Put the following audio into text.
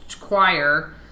choir